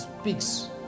speaks